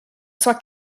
sua